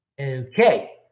Okay